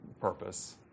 purpose